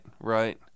right